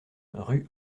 rue